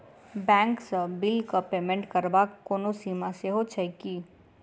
Bank सँ बिलक payment करबाक कोनो सीमा सेहो छैक की?